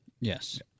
Yes